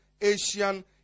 Asian